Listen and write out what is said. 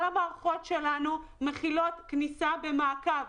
כל המערכות שלנו מכילות כניסה ומעקב.